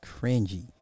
cringy